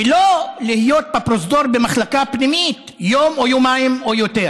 ולא להיות בפרוזדור במחלקה פנימית יום או יומיים או יותר,